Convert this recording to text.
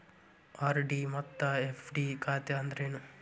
RD ಮತ್ತ FD ಖಾತೆ ಅಂದ್ರೇನು